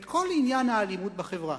את כל עניין האלימות בחברה.